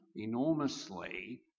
enormously